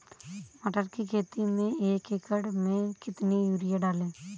मटर की खेती में एक एकड़ में कितनी यूरिया डालें?